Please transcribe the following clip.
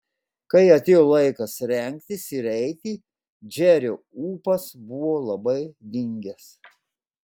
kai atėjo laikas rengtis ir eiti džerio ūpas buvo labai dingęs